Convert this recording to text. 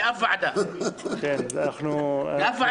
אבי דיכטר,